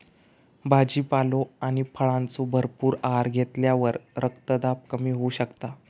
भाजीपालो आणि फळांचो भरपूर आहार घेतल्यावर रक्तदाब कमी होऊ शकता